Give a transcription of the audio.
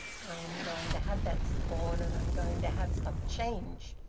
i'm going to have that spawn, and i'm going to have some change!